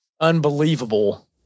unbelievable